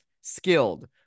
skilled